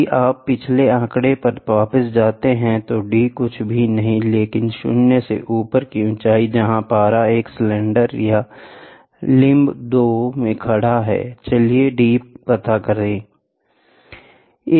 यदि आप पिछले आंकड़े पर वापस जाते हैं तो d कुछ भी नहीं है लेकिन 0 से ऊपर की ऊँचाई जहां पारा एक सिलेंडर या लिम्ब 2 में खड़ा है चलिए d पता करें